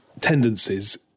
tendencies